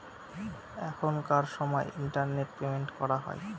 এখনকার সময় internet payment করা হয়